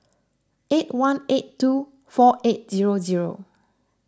eight one eight two four eight zero zero